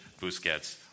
Busquets